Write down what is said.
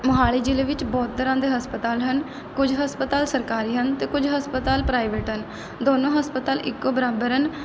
ਮੋਹਾਲੀ ਜ਼ਿਲ੍ਹੇ ਵਿੱਚ ਬਹੁਤ ਤਰ੍ਹਾਂ ਦੇ ਹਸਪਤਾਲ ਹਨ ਕੁਝ ਹਸਪਤਾਲ ਸਰਕਾਰੀ ਹਨ ਅਤੇ ਕੁਝ ਹਸਪਤਾਲ ਪ੍ਰਾਈਵੇਟ ਹਨ ਦੋਨੋਂ ਹਸਪਤਾਲ ਇੱਕੋ ਬਰਾਬਰ ਹਨ